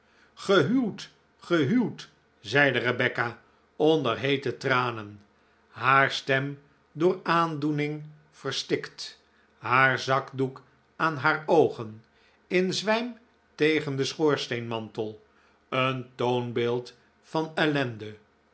gehuwd gehuwd zeide rebecca onder heete tranen haar stem door aandoening verstikt haar zakdoek aan haar oogen in zwijm tegen den schoorsteenmantel een toonbeeld van ellende